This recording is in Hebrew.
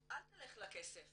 אל תלך לכסף,